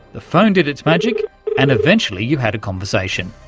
the phone did its magic and eventually you had a conversation.